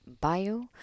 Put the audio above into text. bio